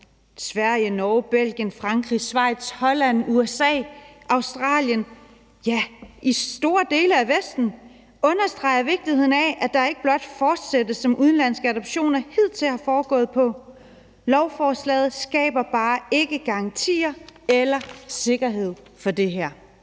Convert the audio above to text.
Sverige, Norge, Belgien, Frankrig, Schweiz, Holland, USA og Australien, ja, det er i store dele af Vesten, understreger vigtigheden af, at der ikke blot fortsættes med udenlandske adoptioner på den måde, som det hidtil har foregået på, men lovforslaget skaber bare ikke en garanti eller en sikkerhed for det,